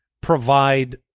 provide